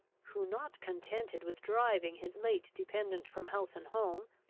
who, not contented with driving his late dependent from house and home,